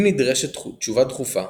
אם נדרשת תשובה דחופה,